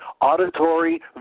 auditory